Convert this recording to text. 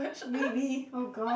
maybe oh god